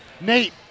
Nate